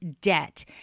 debt